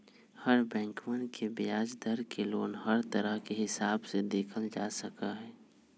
हर बैंकवन के ब्याज दर के लोन हर तरह के हिसाब से देखल जा सका हई